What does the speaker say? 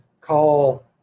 call